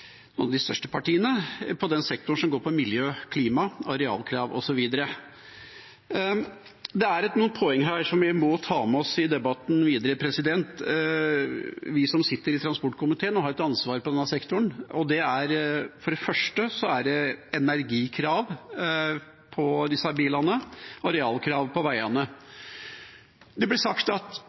noen innlegg her fra noen av de største partiene om den sektoren som går på miljø og klima, arealkrav osv. Det er noen poenger her som vi som sitter i transportkomiteen, og som har et ansvar for denne sektoren, må ta med oss i debatten videre. For det første er det energikrav til disse bilene og arealkrav for veiene. Det ble sagt at